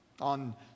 On